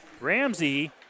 Ramsey